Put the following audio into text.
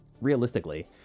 realistically